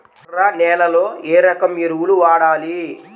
ఎర్ర నేలలో ఏ రకం ఎరువులు వాడాలి?